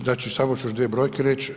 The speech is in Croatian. Znači samo ću još dvije brojke reći.